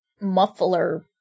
muffler